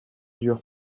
dure